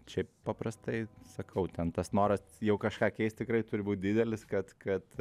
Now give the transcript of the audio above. šiaip paprastai sakau ten tas noras jau kažką keist tikrai turi būt didelis kad kad